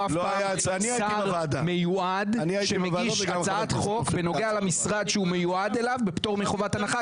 שר מיועד שמגיש הצעת חוק בנוגע למשרד שהוא מיועד אליו בפטור מחובת הנחה.